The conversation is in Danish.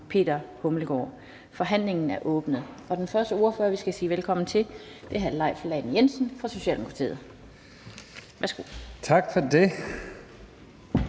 (Annette Lind): Forhandlingen er åbnet. Den første ordfører, vi skal sige velkommen til, er hr. Leif Lahn Jensen fra Socialdemokratiet. Værsgo. Kl.